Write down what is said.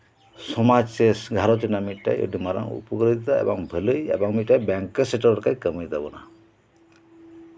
ᱥᱚᱢᱟᱡ ᱥᱮ ᱜᱷᱟᱨᱚᱧᱡᱽ ᱨᱮᱭᱟᱜ ᱟᱹᱰᱤ ᱢᱟᱨᱟᱝ ᱩᱯᱚᱠᱟᱹᱨᱤᱛᱟ ᱮᱵᱚᱝ ᱵᱷᱟᱹᱞᱟᱭ ᱮᱵᱚᱝ ᱵᱮᱝᱠ ᱞᱮᱠᱟᱭ ᱠᱟᱹᱢᱤ ᱛᱟᱵᱚᱱᱟ